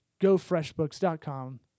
gofreshbooks.com